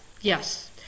yes